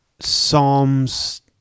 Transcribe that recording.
Psalms